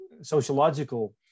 sociological